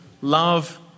love